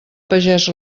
pagès